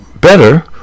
better